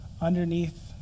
underneath